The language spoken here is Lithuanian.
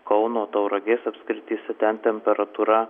kauno tauragės apskrityse ten temperatūra